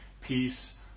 peace